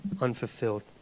unfulfilled